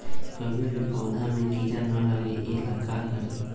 कभी भी पौधा में कीरा न लगे ये ला का करी?